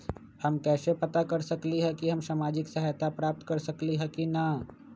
हम कैसे पता कर सकली ह की हम सामाजिक सहायता प्राप्त कर सकली ह की न?